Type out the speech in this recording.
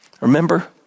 Remember